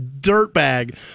dirtbag